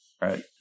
right